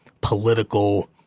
political